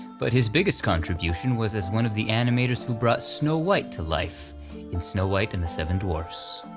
but his biggest contribution was as one of the animators who brought snow white to life in snow white and the seven dwarfs.